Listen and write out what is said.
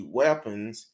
weapons